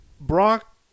Brock